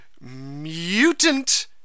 mutant